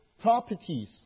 properties